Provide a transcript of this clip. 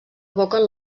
evoquen